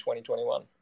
2021